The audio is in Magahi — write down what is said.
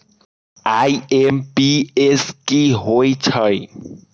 आई.एम.पी.एस की होईछइ?